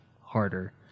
harder